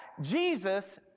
Jesus